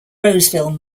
roseville